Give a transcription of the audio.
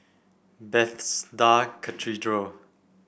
Bethesda Cathedral